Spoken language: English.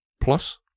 Plus